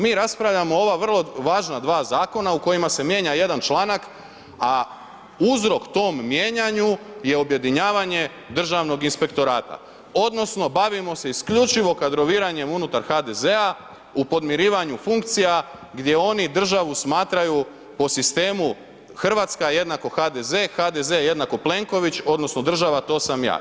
Mi raspravljamo o ova vrlo važna dva zakona u kojima se mijenja jedan članak, a uzrok tom mijenjanju je objedinjavanje državnog inspektorata odnosno bavimo se isključivo kadroviranjem unutar HDZ-a u podmirivanju funkcija gdje oni državu smatraju po sistemu Hrvatska=HDZ, HDZ=Plenković, odnosno država to sam ja.